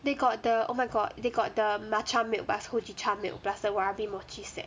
they got the oh my god they got the matcha milk plus the hojicha milk plus the warabi mochi set